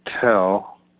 tell